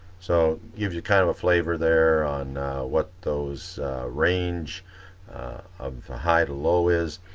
so gives you kind of a flavor there on what those range of the high-low is,